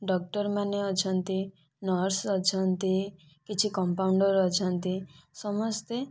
doctor ମାନେ ଅଛନ୍ତି nurse ଅଛନ୍ତି କିଛି କମ୍ପାଉଣ୍ଡର ଅଛନ୍ତି ସମସ୍ତେ